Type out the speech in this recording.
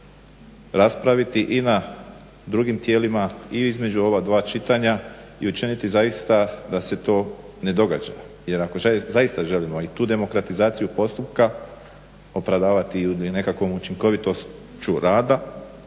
raspraviti i na drugim tijelima i između ova dva čitanja i učiniti zaista da se to ne događa. Jer ako zaista želimo i tu demokratizaciju postupka opravdavati ili nekakvom učinkovitošću rada